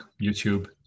YouTube